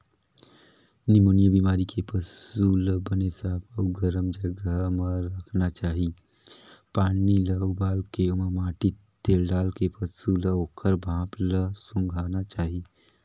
pneumonia बेमारी के पसू ल बने साफ अउ गरम जघा म राखना चाही, पानी ल उबालके ओमा माटी तेल डालके पसू ल ओखर भाप ल सूंधाना चाही